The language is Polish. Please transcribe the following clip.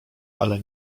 ale